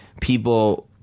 people